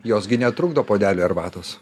jos gi netrukdo puodeliui arbatos